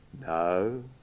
No